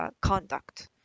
conduct